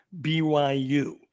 BYU